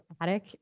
attic